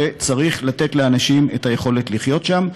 וצריך לתת לאנשים את היכולת לחיות שם.